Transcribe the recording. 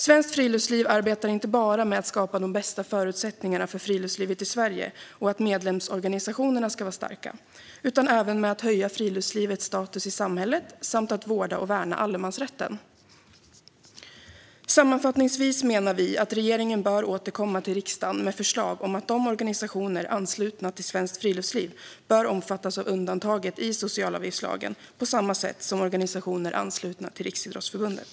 Svenskt Friluftsliv arbetar inte bara med att skapa de bästa förutsättningarna för friluftslivet i Sverige och att medlemsorganisationerna ska vara starka utan även med att höja friluftslivets status i samhället samt att vårda och värna allemansrätten. Sammanfattningsvis menar vi att regeringen ska återkomma till riksdagen med förslag om att organisationer anslutna till Svenskt Friluftsliv ska omfattas av undantaget i socialavgiftslagen på samma sätt som organisationer anslutna till Riksidrottsförbundet.